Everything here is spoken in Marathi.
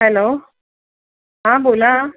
हॅलो हां बोला